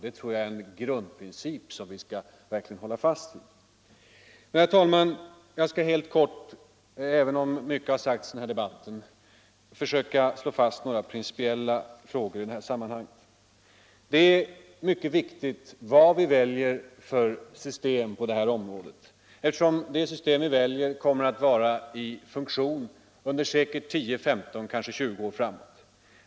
Det tror jag är en grundprincip som vi verkligen skall hålla fast vid. Herr talman! Jag skall kort, även om mycket har sagts i denna debatt, försöka slå fast några principiella ståndpunkter i detta sammanhang. Det är mycket viktigt vad vi väljer för system på det här området, eftersom detta system sedan säkerligen kommer att vara i funktion under 10, 15 eller kanske 20 år.